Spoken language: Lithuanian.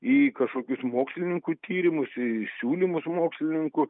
į kažkokius mokslininkų tyrimus į siūlymus mokslininkų